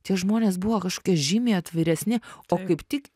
tie žmonės buvo kažkokia žymiai atviresni o kaip tik